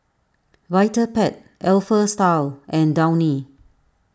Vitapet Alpha Style and Downy